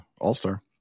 all-star